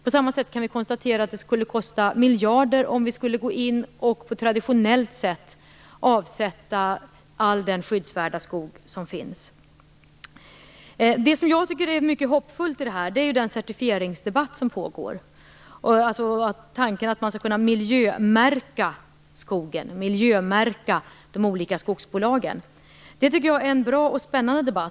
På samma sätt kan vi konstatera att det skulle kosta miljarder att på traditionellt vis avsätta all den skyddsvärda skog som finns. Något som är mycket hoppfullt i detta sammanhang är den debatt som pågår om certifiering, dvs. om miljömärkning av de olika skogsbolagen. Jag tycker att det är en bra och spännande debatt.